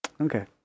Okay